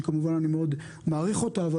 שכמובן אני מעריך אותה מאוד,